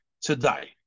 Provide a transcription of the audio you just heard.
today